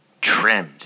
trimmed